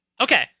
Okay